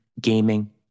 gaming